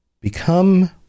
Become